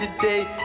today